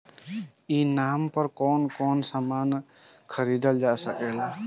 ई नाम पर कौन कौन समान खरीदल जा सकेला?